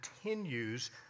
continues